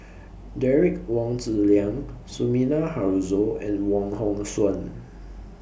Derek Wong Zi Liang Sumida Haruzo and Wong Hong Suen